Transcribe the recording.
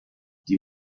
die